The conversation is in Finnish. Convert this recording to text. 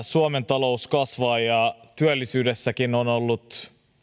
suomen talous kasvaa ja työllisyydessäkin on ollut